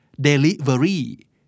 Delivery